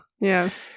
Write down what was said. Yes